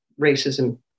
racism